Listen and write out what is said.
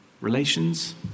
relations